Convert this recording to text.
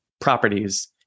properties